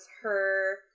her-